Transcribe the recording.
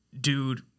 dude